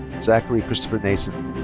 zachary christopher nason.